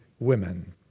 Women